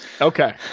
Okay